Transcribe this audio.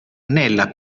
nella